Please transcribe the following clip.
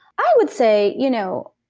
i would say, you know,